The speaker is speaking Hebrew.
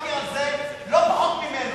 נאבקתי על זה לא פחות ממנו,